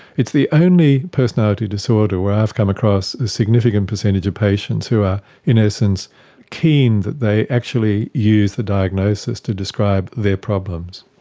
it's the only personality disorder where i've come across a significant percentage of patients who are in essence keen that they actually use the diagnosis to describe their problems.